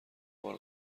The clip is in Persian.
بار